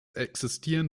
existieren